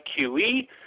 QE